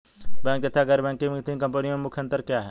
Bank तथा गैर banking वित्तीय कंपनियों में मुख्य अंतर क्या है?